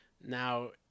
Now